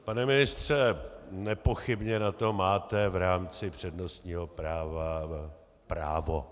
Pane ministře, nepochybně na to máte v rámci přednostního práva právo.